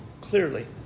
Clearly